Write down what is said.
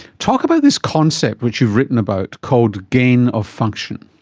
talk about this concept which you've written about called gain of function.